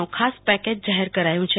નું ખાસ પેકેજ જાહેર કરાથું છે